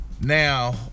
Now